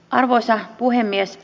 arvoisa puhemies